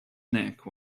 neck